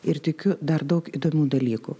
ir tikiu dar daug įdomių dalykų